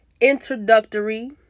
introductory